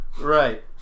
Right